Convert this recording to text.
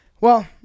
Well-